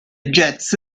jazz